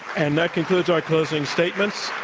and that concludes our closing statements.